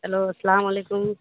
hello السلام علیکم